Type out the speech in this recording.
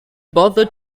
bother